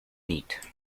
need